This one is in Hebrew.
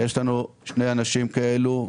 יש לנו שני אנשים כאלה.